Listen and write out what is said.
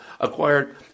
acquired